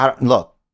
Look